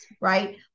right